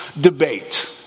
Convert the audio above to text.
debate